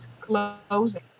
closing